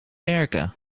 werken